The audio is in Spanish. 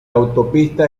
autopista